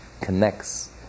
connects